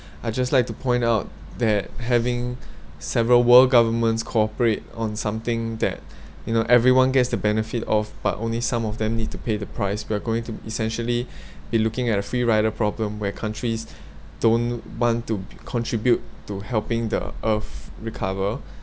I just like to point out that having several world governments cooperate on something that you know everyone gets the benefit of but only some of them need to pay the price we're going to essentially be looking at a free rider problem where countries don't want to contribute to helping the earth recover